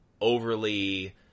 overly